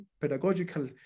pedagogical